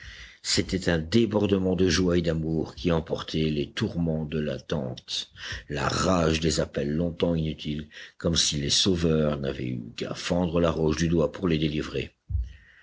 c'était un débordement de joie et d'amour qui emportait les tourments de l'attente la rage des appels longtemps inutiles comme si les sauveurs n'avaient eu qu'à fendre la roche du doigt pour les délivrer